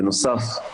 בנוסף,